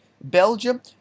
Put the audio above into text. Belgium